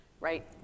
right